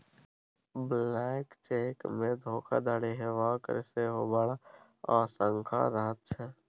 blank चेकमे धोखाधड़ी हेबाक सेहो बड़ आशंका रहैत छै